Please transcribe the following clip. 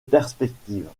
perspective